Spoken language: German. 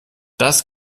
das